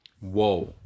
Whoa